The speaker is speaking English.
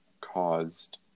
caused